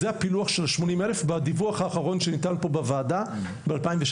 זה הפילוח של ה-80 אלף בדיווח האחרון שניתן פה בוועדה ב-2016.